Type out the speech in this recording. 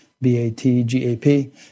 B-A-T-G-A-P